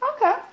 Okay